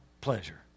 pleasure